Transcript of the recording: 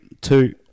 two